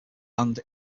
land